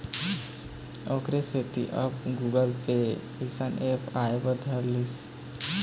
ओखरे सेती अब गुगल पे अइसन ऐप आय बर धर लिस